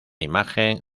imagen